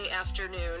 afternoon